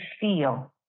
feel